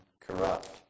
corrupt